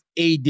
AD